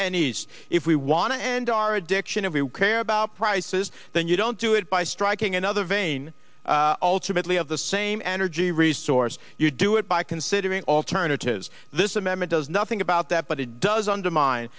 and east if we want to end our addiction if we care about prices then you don't do it by striking another vein ultimately of the same energy resource you do it by considering alternatives this amendment does nothing about that but it does undermine